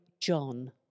John